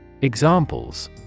Examples